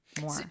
more